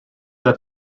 that